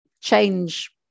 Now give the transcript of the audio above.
change